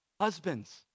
Husbands